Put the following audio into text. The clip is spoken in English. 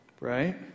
right